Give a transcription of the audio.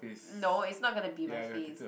no it's not gonna be my face